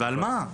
על מה?